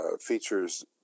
features